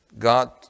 God